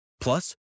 Plus